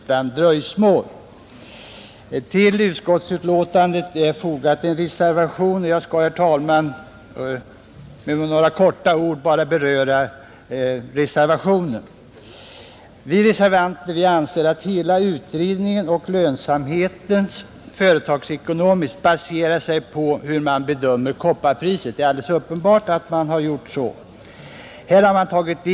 Till utskottets betänkande är fogad en reservation, och jag skall, herr talman, helt kort beröra den. Vi reservanter anser att hela utredningen om lönsamheten företagsekonomiskt baserar sig på hur man bedömer kopparpriset. Det är alldeles uppenbart.